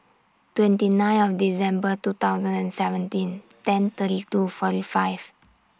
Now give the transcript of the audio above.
twenty nine of December two thousand and seventeen ten thirty two forty five